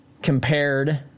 compared